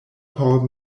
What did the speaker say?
por